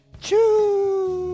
Choo